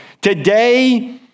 Today